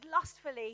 lustfully